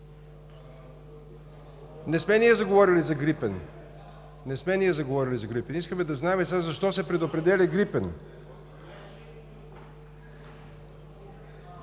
Не сме ние заговорили за „Грипен“. Не сме ние заговорили за „Грипен“. Искаме да знаем защо се предопределя „Грипен“.